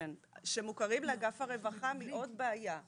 כן, שמוכרים לאגף הרווחה מעוד בעיה.